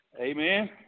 Amen